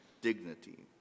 dignity